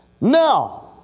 Now